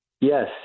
Yes